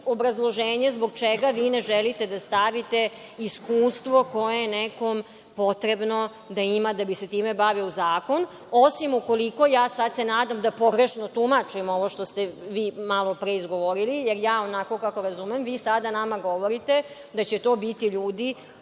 obrazloženje zbog čega vi ne želite da stavite iskustvo koje je nekome potrebno da ima da bi se time bavio u zakon, osim ukoliko, sada se nadam da pogrešno tumačim ono što ste vi malopre izgovorili, jer ja onako kako razumem vi sada nama govorite da će to biti ljudi